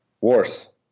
worse